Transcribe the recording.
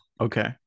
Okay